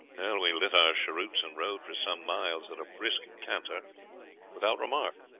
we lit our cheroots and rode for some miles at a brisk canter without remark.